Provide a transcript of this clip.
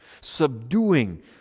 subduing